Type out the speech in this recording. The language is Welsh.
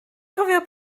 cofio